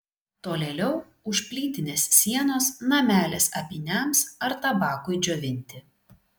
tolėliau už plytinės sienos namelis apyniams ar tabakui džiovinti